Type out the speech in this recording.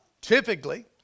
typically